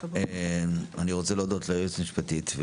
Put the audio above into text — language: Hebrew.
אני רוצה להודות ליועצת המשפטית.